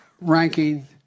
ranking